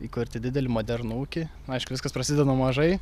įkurti didelį modernų ūkį aišku viskas prasideda nuo mažai